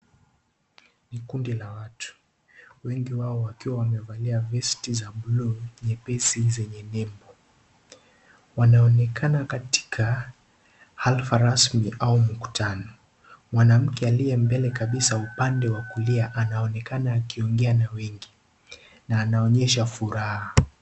Ni kundi la watu, wengi wao wakiwa wamevalia vesti za bluu nyepesi zenye nembo. Wanaonekana katika halfa rasmi ya mkutano. Mwanamke aliye mbele kabisa upande wa kulia anaonekana akiongea na wengi na anaonyesha furaha.